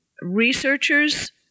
researchers